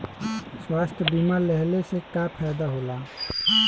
स्वास्थ्य बीमा लेहले से का फायदा होला?